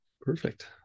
Perfect